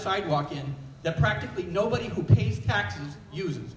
sidewalk in that practically nobody who pays taxes uses